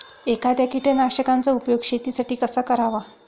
एखाद्या कीटकनाशकांचा उपयोग शेतीसाठी कसा करावा?